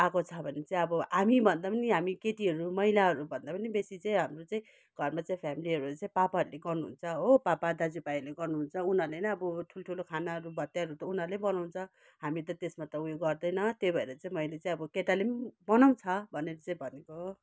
आएको छ भने चाहिँ अब हामी भन्दा नि हामी केटीहरू महिलाहरू भन्दा पनि बेसी चाहिँ हाम्रो चाहिँ घरमा चाहिँ फ्याम्लीहरू चाहिँ पापाहरूले गर्नु हुन्छ हो पापा दाजु भाइहरूले गर्नु हुन्छ उनीहरूले नै अब ठुल्ठुलो खानाहरू भतेरहरू त उनीहरूले बनाउँछ हामीहरू त त्यसमा त उयो गर्दैन त्यही भएर चाहिँ मैले चाहिँ अब केटाले बनाउँछ भनेर चाहिँ भनेको